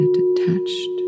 detached